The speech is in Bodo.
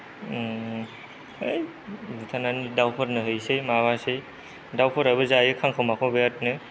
ओइ बुथारनानै दाउफोरनो हैसै माबासै दाउफोराबो जायो खांखमाखौ बेरादनो